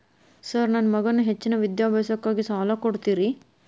Sir ನನ್ನ ಮಗನ ಹೆಚ್ಚಿನ ವಿದ್ಯಾಭ್ಯಾಸಕ್ಕಾಗಿ ಸಾಲ ಕೊಡ್ತಿರಿ?